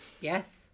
Yes